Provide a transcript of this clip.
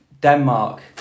Denmark